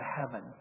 heaven